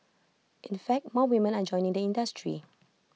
in fact more women are joining the industry